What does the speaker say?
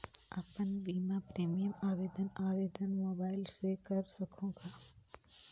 अपन बीमा प्रीमियम आवेदन आवेदन मोबाइल से कर सकहुं का?